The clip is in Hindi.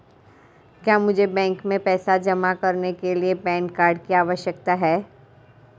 क्या मुझे बैंक में पैसा जमा करने के लिए पैन कार्ड की आवश्यकता है?